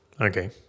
Okay